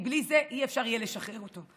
כי בלי זה לא יהיה אפשר לשחרר אותו.